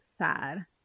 sad